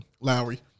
lowry